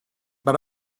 but